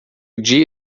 dia